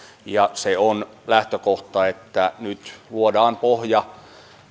ja se on lähtökohta että nyt luodaan pohja